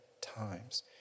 times